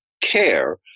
care